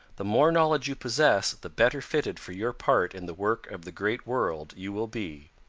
the more knowledge you possess the better fitted for your part in the work of the great world you will be.